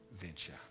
venture